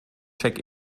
check